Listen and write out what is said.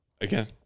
again